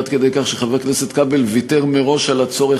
עד כדי כך שחבר הכנסת כבל ויתר מראש על הצורך